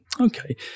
Okay